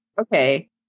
Okay